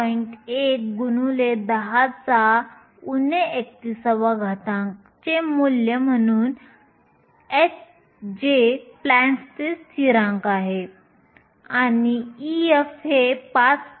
1 x 10 31 चे मूल्य म्हणून h जे प्लँक्सचे स्थिरांक आहे आणि Ef हे 5